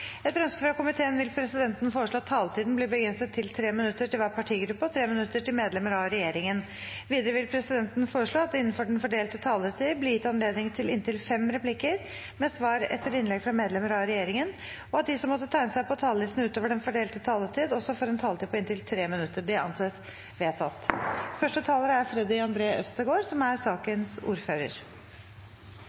Etter ønske fra familie- og kulturkomiteen vil presidenten foreslå at taletiden blir begrenset til 3 minutter til hver partigruppe og 3 minutter til medlemmer av regjeringen. Videre vil presidenten foreslå at det – innenfor den fordelte taletid – blir gitt anledning til inntil fem replikker med svar etter innlegg fra medlemmer av regjeringen, og at de som måtte tegne seg på talerlisten utover den fordelte taletid, også får en taletid på inntil 3 minutter. – Det anses vedtatt.